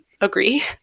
agree